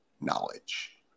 knowledge